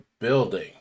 building